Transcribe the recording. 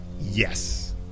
yes